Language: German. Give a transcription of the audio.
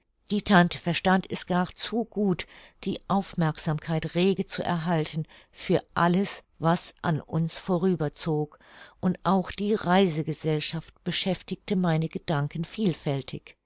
die tante verstand es gar zu gut die aufmerksamkeit rege zu erhalten für alles was an uns vorüberzog und auch die reisegesellschaft beschäftigte meine gedanken vielfältig